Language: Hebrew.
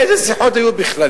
איזה שיחות ישירות היו בכלל?